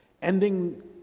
Ending